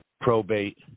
probate